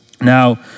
Now